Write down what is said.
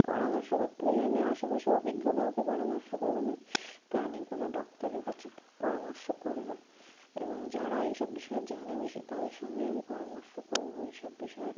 পরামর্শ করতে হেলে আমি আশেপাশে অভিজ্ঞ কাউকে পরামর্শ করবো নই প্রাণী কোনো ডাক্তারের কাছে পরামর্শ করবো এবং যারা এইসব বিষয়ে জানে বেশি তাদের সঙ্গেই আমি পরামর্শ করবো এই সব বিষয়ে